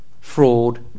fraud